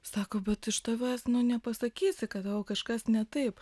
sako bet iš tavęs nepasakysi kad tau kažkas ne taip